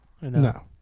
No